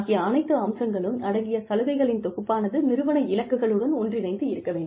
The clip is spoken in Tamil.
ஆகிய அனைத்து அம்சங்கள் அடங்கிய சலுகைகளின் தொகுப்பானது நிறுவன இலக்குகளுடன் ஒன்றிணைந்து இருக்க வேண்டும்